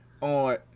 on